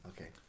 Okay